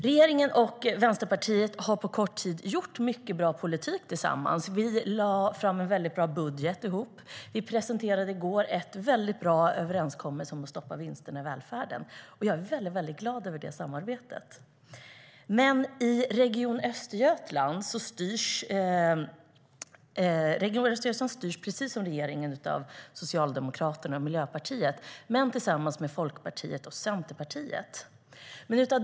Regeringen och Vänsterpartiet har på kort tid gjort mycket bra politik tillsammans. Vi lade fram en väldigt bra budget ihop. Vi presenterade i går en väldigt bra överenskommelse om att stoppa vinsterna i välfärden. Jag är väldigt glad över det samarbetet. Region Östergötland styrs, precis som regeringen, av Socialdemokraterna och Miljöpartiet men tillsammans med Folkpartiet och Centerpartiet.